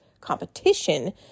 competition